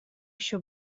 еще